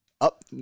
Up